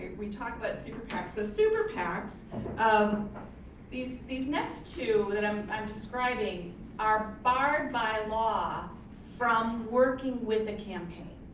we talk about super pacs. so super pacs, um these these next two that um i'm describing are barred by law from working with a campaign.